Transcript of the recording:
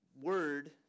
word